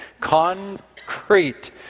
concrete